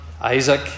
Isaac